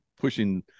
pushing